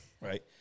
Right